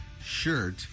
shirt